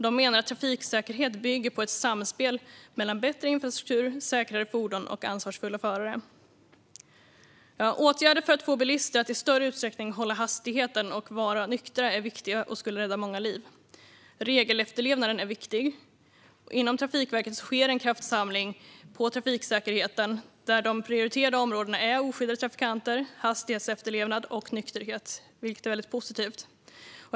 De menar att trafiksäkerhet bygger på ett samspel mellan bättre infrastruktur, säkrare fordon och ansvarsfulla förare. Åtgärder för att få bilister att i större utsträckning hålla hastigheten och vara nyktra är viktiga och skulle rädda många liv. Regelefterlevnaden är viktig. Inom Trafikverket sker en kraftsamling på trafiksäkerheten där de prioriterade områdena är oskyddade trafikanter, hastighetsefterlevnad och nykterhet, vilket är väldigt positivt.